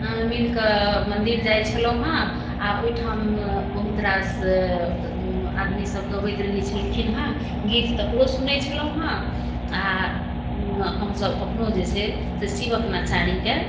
मिलिकऽ मन्दिर जाइ छलहुँ हेँ आओर ओहिठाम बहुत रास आदमी सभ गबैत रहै छलखिन हेँ गीत तकरो सुनै छलहुँ हेँ आओर हम सभ अपनो जे छै से शिवके नचारीके